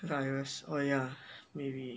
virus oh ya maybe